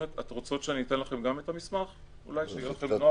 אתן רוצות שאתן לכן גם את המסמך כדי שיהיה לכן?